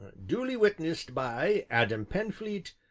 duly witnessed by adam penfleet,